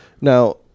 now